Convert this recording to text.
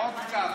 עוד קצת,